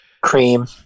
cream